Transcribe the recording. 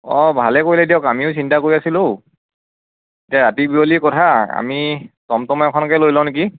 অ ভালেই কৰিলে দিয়ক আমিও চিন্তা কৰি আছিলোঁ যে ৰাতি বিয়লিৰ কথা আমি টমটম এখনকে লৈ লওঁ নেকি